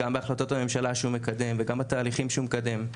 גם בהחלטות הממשלה שהוא מקדם וגם בתהליכים שהוא מקדם,